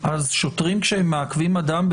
שוטרים שמעכבים אדם,